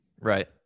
Right